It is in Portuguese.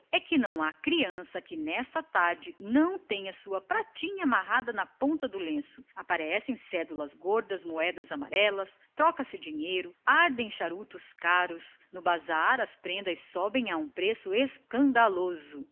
que não há criança que nessa tarde não tenha a sua pratinha amarrada na ponta do lenço aparecem cédulas gordas moedas amarelas troca se dinheiro queimam se charutos caros no bazar há um bazar as prendas sobem a um preço escandaloso